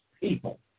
people